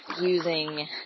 using